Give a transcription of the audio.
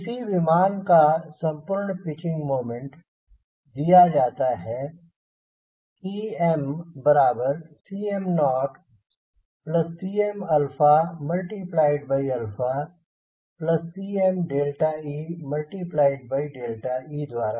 किसी विमान का संपूर्ण पिचिंग मोमेंट दिया जाता है CmCm0CmCmee द्वारा